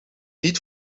niet